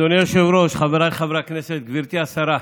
אדוני היושב-ראש, חבריי חברי הכנסת, גברתי השרה,